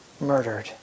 murdered